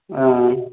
ஆ ஆ